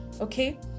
okay